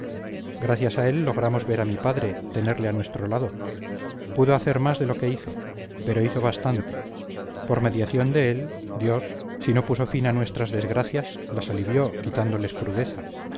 gracias a él logramos ver a mi padre tenerle a nuestro lado pudo hacer más de lo que hizo pero hizo bastante por mediación de él dios si no puso fin a nuestras desgracias las alivió quitándoles crudeza